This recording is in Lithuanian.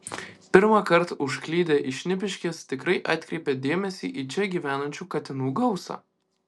pirmą kartą užklydę į šnipiškes tikrai atkreipia dėmesį į čia gyvenančių katinų gausą